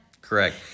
Correct